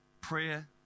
Prayer